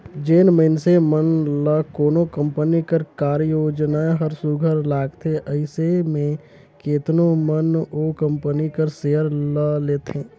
जेन मइनसे मन ल कोनो कंपनी कर कारयोजना हर सुग्घर लागथे अइसे में केतनो मन ओ कंपनी कर सेयर ल लेथे